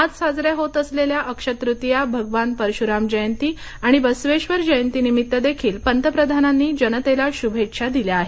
आज साजऱ्या होत असलेल्या अक्षय तृतीयाभगवान परशुरामजयंती आणि बसवेश्वर जयंती निमित्त देखील पंतप्रधानांनी जनतेला शुभेच्छा दिल्या आहेत